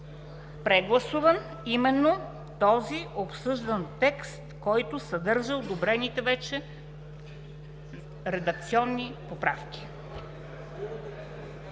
прегласуван именно този обсъждан текст, който съдържа одобрените вече редакционни поправки.